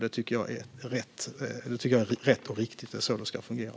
Det tycker jag är rätt och riktigt. Det är så det ska fungera.